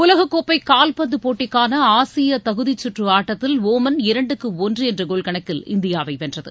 உலக கோப்பை கால்பந்து போட்டிக்கான ஆசிய தகுதிச் சுற்று ஆட்டத்தில் டுமன் இரண்டுக்கு ஒன்று என்ற கோல் கணக்கில் இந்தியாவை வென்றது